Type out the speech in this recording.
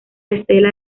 estela